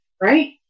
right